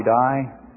die